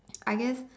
I guess